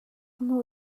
hnu